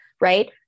right